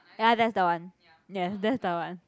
ya that's the one ya that's the one